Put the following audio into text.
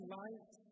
light